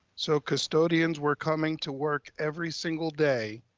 so custodians were coming to work every single day